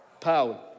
Power